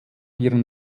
ihren